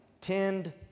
tend